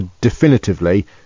definitively